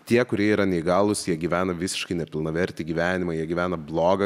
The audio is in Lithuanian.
tie kurie yra neįgalūs jie gyvena visiškai nepilnavertį gyvenimą jie gyvena blogą